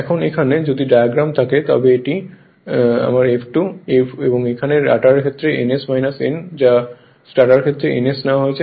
এখন এখানে যদি ডায়াগ্রাম থাকে তবে এটি আমার F2 কিন্তু এখানে রটারের ক্ষেত্রে ns n বা স্টেটরের ক্ষেত্রে ns দেওয়া হয়েছে